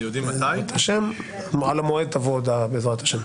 לגבי המועד תבוא הודעה, בעזרת השם.